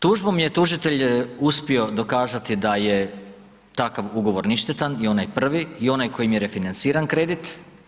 Tužbom je tužitelj uspio dokazati da je takav ugovor ništetan i onaj prvi i onaj kojim je refinanciran kredit.